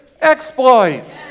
exploits